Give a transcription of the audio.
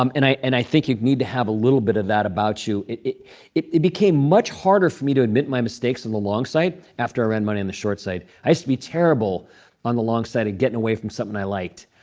um and i and i think you need to have a little bit of that about you. it it became much harder for me to admit my mistakes on the long side after i ran money on the short side. i used to be terrible on the long side of getting away from something i liked.